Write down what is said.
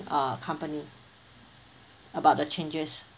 uh company about the changes